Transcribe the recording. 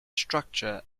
structure